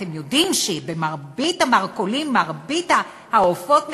אתם יודעים שמרבית המרכולים, מרבית העופות נגועים?